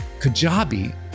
Kajabi